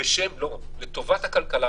לטובת הכלכלה,